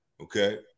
okay